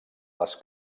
les